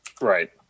Right